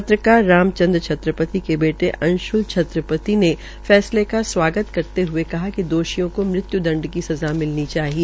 पत्रकार राम चन्द्र छत्रपति के बेटे अंश्ल छत्रपति फैसले का स्वागत करते हये कहा कि दोषियों को मृत्य् दंड की सज़ा मिलनी चाहिए